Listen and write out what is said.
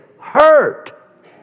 hurt